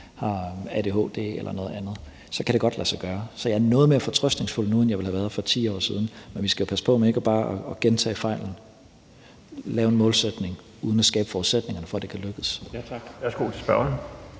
har adhd eller noget andet – så kan det godt lade sig gøre. Så jeg er noget mere fortrøstningsfuld nu, end jeg ville have været for 10 år siden. Men vi skal passe på med ikke bare at gentage fejlene, altså at lave en målsætning uden at skabe forudsætningerne for, at det kan lykkes. Kl. 14:39 Den fg.